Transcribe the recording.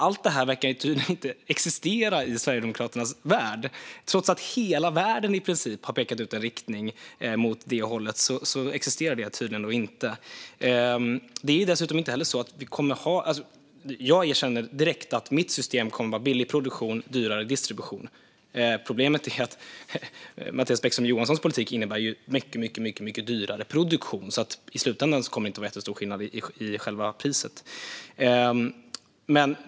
Allt det verkar tydligen inte existera i Sverigedemokraternas värld. Tots att i princip hela världen har pekat ut en riktning mot det hållet existerar det tydligen inte. Jag erkänner direkt att mitt system kommer att vara billigt i produktion och dyrare i distribution. Problemet är att Mattias Bäckström Johanssons politik innebär att det blir en mycket dyrare produktion. I slutändan kommer det inte att vara en jättestor skillnad i själva priset.